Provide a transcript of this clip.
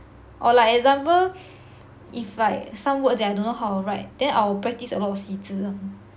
or like example if like some words that I don't know how write then I will practice a lot of 习字